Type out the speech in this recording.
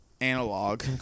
Analog